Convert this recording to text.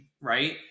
right